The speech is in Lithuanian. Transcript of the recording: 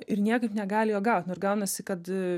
ir niekaip negali jo gaut ir gaunasi kad